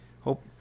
hope